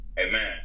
Amen